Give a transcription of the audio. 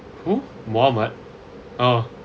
who Muhamed oh